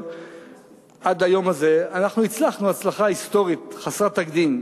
עד היום הזה אנחנו הצלחנו הצלחה היסטורית חסרת תקדים,